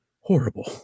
horrible